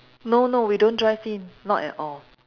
no no we don't drive in not at all